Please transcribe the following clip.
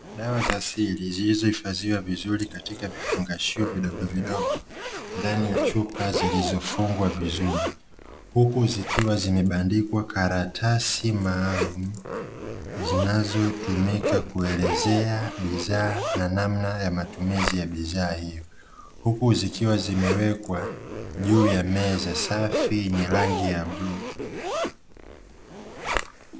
Dawa za asili zilizohifadhiwa vizuri katika vifungashio vidogovidogo ndani ya chupa zilizofungwa vizuri, huku zikiwa zimebandikwa karatasi maalaumu zinazotumika kuelezea bidhaa, na namna ya matumizi ya bidhaa hiyo huku zikiwa zimewekwa juu ya meza safi yenye rangi ya bluu.